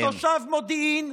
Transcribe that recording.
תושב מודיעין,